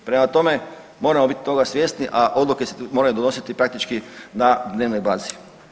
Prema tome, moramo bit toga svjesni, a odluke se moraju donositi praktički na dnevnoj bazi.